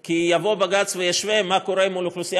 כי יבוא בג"ץ וישווה מה קורה עם האוכלוסייה